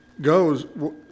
goes